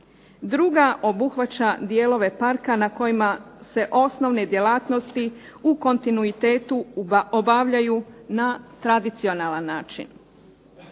Druga obuhvaća dijelove Parka na kojima se osnovne djelatnosti u kontinuitetu obavljaju na tradicionalan način.